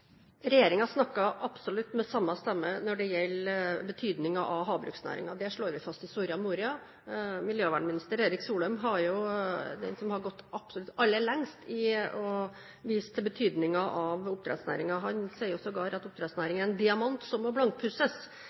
absolutt med samme stemme når det gjelder betydningen av havbruksnæringen. Det slår vi fast i Soria Moria. Miljøvernminister Erik Solheim er den som har gått absolutt aller lengst i å vise til betydningen av oppdrettsnæringen. Han sier sågar at oppdrettsnæringen er en diamant som må blankpusses.